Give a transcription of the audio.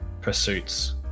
pursuits